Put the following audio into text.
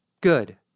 Good